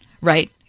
right